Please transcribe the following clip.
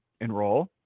enroll